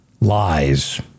Lies